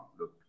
look